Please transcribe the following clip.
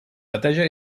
neteja